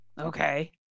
Okay